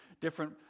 different